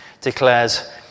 declares